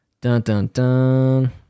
Dun-dun-dun